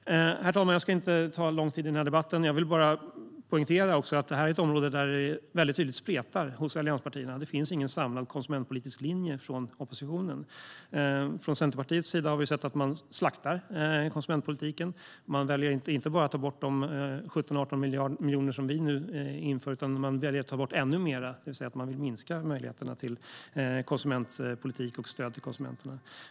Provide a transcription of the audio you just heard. Herr talman! Jag vill poängtera att det här är ett område där det tydligt spretar hos allianspartierna. Det finns ingen samlad konsumentpolitisk linje hos oppositionen. Från Centerpartiets sida slaktar man konsumentpolitiken. Man väljer inte bara att ta bort de 17-18 miljoner som vi nu inför, utan man väljer att ta bort ännu mer, det vill säga man vill minska möjligheterna till konsumentpolitik och stöd till konsumenterna.